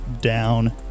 down